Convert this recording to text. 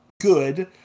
good